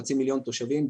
חצי מיליון תושבים,